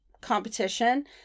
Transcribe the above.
competition